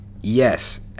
Yes